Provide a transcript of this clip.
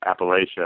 Appalachia